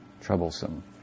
troublesome